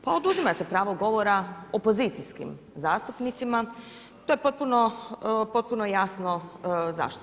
Pa oduzima se pravo govora opozicijskim zastupnicima, to je potpuno jasno zašto.